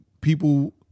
people